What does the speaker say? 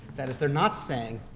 that is, they're not saying,